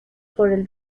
por